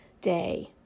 day